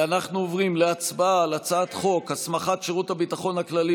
ואנחנו עוברים להצבעה על הצעת חוק הסמכת שירות הביטחון הכללי